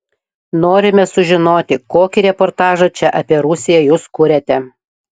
norime sužinoti kokį reportažą čia apie rusiją jūs kuriate